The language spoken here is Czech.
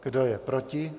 Kdo je proti?